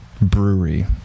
brewery